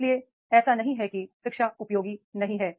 इसलिए ऐसा नहीं है कि शिक्षा उपयोगी नहीं है